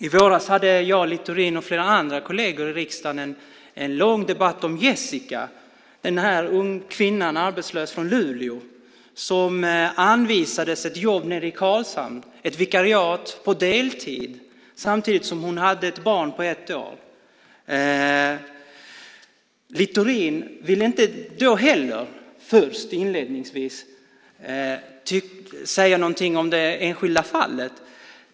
I våras hade jag, Littorin och flera andra kolleger i riksdagen en lång debatt om Jessica. Det var en ung arbetslös kvinna från Luleå som anvisades ett jobb nere i Karlshamn, ett vikariat på deltid, samtidigt som hon hade ett barn på ett år. Littorin ville först inte heller då säga någonting om det enskilda fallet.